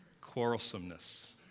Quarrelsomeness